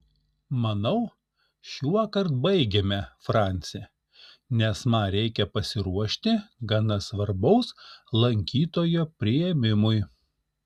manau šiuokart baigėme franci nes man reikia pasiruošti gana svarbaus lankytojo priėmimui